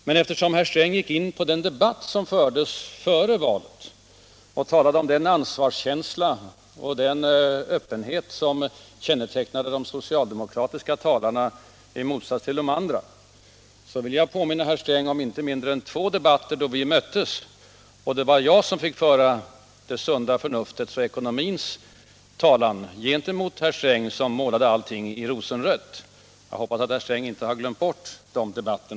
Men eftersom herr Sträng gick in på den debatt som fördes före valet och talade om den ansvarskänsla och den öppenhet som kännetecknade de socialdemokratiska talarna i motsats till de andra, vill jag påminna herr Sträng om två debatter där vi möttes och där jag fick föra det sunda förnuftets och ekonomins talan gentemot herr Sträng, som målade allting i rosenrött. Jag hoppas att herr Sträng inte har glömt bort dessa debatter.